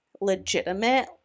legitimate